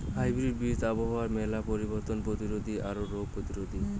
hybrid বীজ আবহাওয়ার মেলা পরিবর্তন প্রতিরোধী আর রোগ প্রতিরোধী